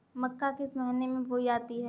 मक्का किस महीने में बोई जाती है?